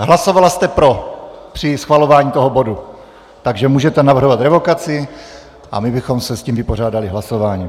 Hlasovala jste pro při schvalování toho bodu, takže můžete navrhovat revokaci a my bychom se s tím vypořádali hlasováním.